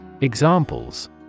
Examples